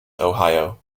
ohio